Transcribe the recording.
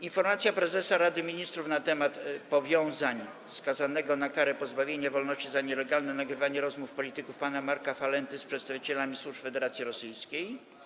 Informacja prezesa Rady Ministrów na temat powiązań, skazanego na karę pozbawienia wolności za nielegalne nagrywanie rozmów polityków, pana Marka Falenty z przedstawicielami służb Federacji Rosyjskiej.